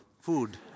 food